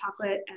chocolate